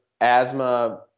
asthma